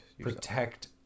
protect